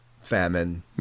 famine